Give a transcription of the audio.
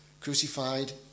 crucified